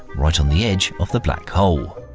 right on the edge of the black hole.